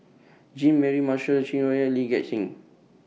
Jean Mary Marshall Chai Hon Yoong Lee Gek Seng